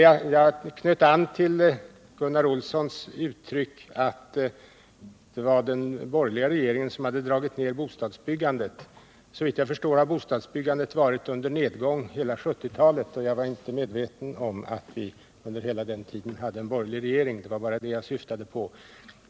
Jag knöt an till Gunnar Olssons påstående att det var den borgerliga regeringen som hade dragit ned bostadsbyggandet. Såvitt jag förstår har bostadsbyggandet varit på nedgång under nästan hela 1970-talet. Jag var nu inte medveten om att vi under hela den tiden skulle ha haft en borgerlig regering! Det var bara det jag syftade på.